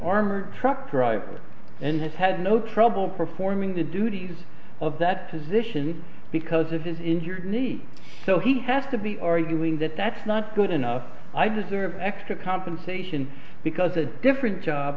armored truck driver and has had no trouble performing the duties of that position because of his in need so he has to be arguing that that's not good enough i deserve extra compensation because a different job